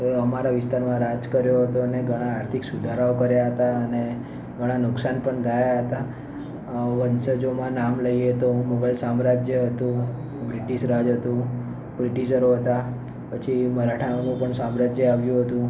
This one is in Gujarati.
અ અમારા વિસ્તારમાં રાજ કર્યો હતો ને ઘણા આર્થિક સુધારાઓ કર્યા હતા અને ઘણા નુકસાન પણ ગયા હતા અ વંશજોમાં નામ લઈએ તો મુગલ સામ્રાજ્ય હતું બ્રિટિસ રાજ હતું બ્રિટિશરો હતા પછી મરાઠાઓનું પણ સામ્રાજ્ય આવ્યું હતું